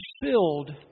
filled